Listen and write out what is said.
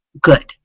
good